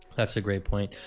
that's a great point.